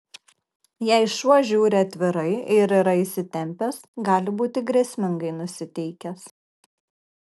jei šuo žiūri atvirai ir yra įsitempęs gali būti grėsmingai nusiteikęs